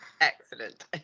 Excellent